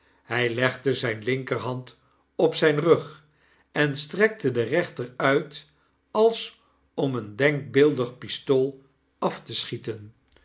hg legde zgne linkerhand op zgn rug en strekte de rechter uit als om een denkbeeldig pistool af te schieten